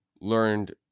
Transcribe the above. learned